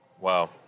Wow